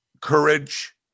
courage